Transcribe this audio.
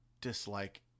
dislike